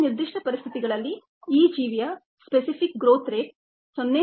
ಈ ನಿರ್ದಿಷ್ಟ ಪರಿಸ್ಥಿತಿಗಳಲ್ಲಿ ಈ ಜೀವಿಯ ಸ್ಪೆಸಿಫಿಕ್ ಗ್ರೋಥ್ ರೇಟ್ 0